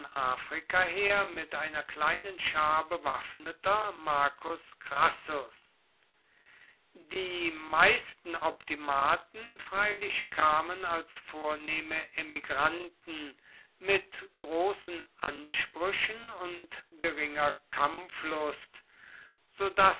afrika her mit einer kleinen schar bewaffneter marcus crassus die meisten optimaten freilich kamen als vornehme emigranten mit großen ansprüchen und geringer kampflust so